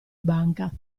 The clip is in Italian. banca